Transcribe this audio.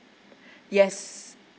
yes